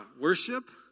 worship